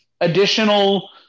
additional –